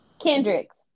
Kendrick's